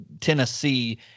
Tennessee